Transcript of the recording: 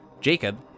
Jacob